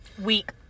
week